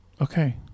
Okay